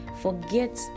forget